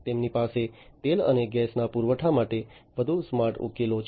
તેમની પાસે તેલ અને ગેસના પુરવઠા માટે વધુ સ્માર્ટ ઉકેલો છે